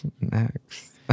Next